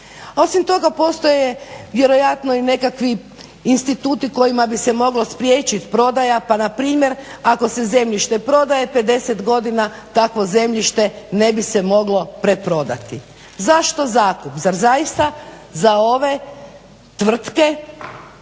Osim toga postoje vjerojatno i nekakvi instituti kojima bi se mogla spriječiti prodaja pa npr. ako se zemljište prodaje 50 godina takvo zemljište ne bi se moglo preprodati. Zašto zakup? Zar zaista za ove tvrtke